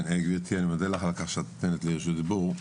גבירתי אני מודה לך על כך שאת נותנת לי זכות דיבור.